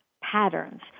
patterns